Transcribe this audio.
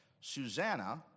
Susanna